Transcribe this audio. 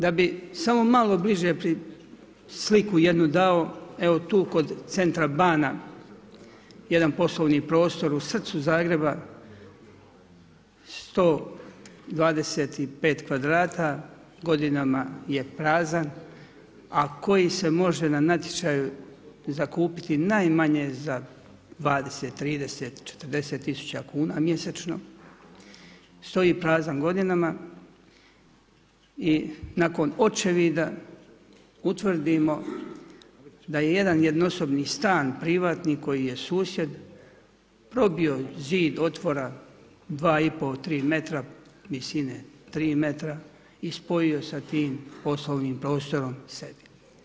Da bi samo malo bliže sliku jednu dao, evo tu kod centra bana, jedan poslovni prostor, u srcu Zagreba 125 kvadrata, godinama je prazan a koji se može na natječaju zakupiti najmanje za 20, 30, 40 000 kuna mjesečno, stoji prazan godinama i nakon očevida utvrdimo da je jedan jednosobni stan privatni kojem je susjed probio zid otvora 2,5, 3 metra, visine 3 metra i spojio sa tim poslovnim prostorom sebi.